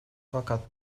fakat